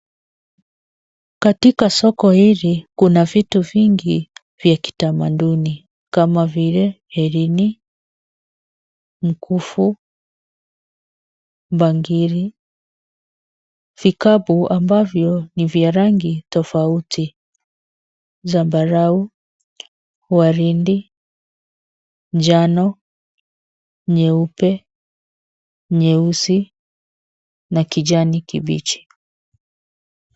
Katika soko hili kuna vitu vingi vya kitamaduni kama vile herini, mkufu, bangili ,kikapu ambavyo ni vya rangi tofauti zambarau, waridi, njano, nyeupe, nyeusi na kijani kibichi.